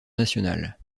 nationale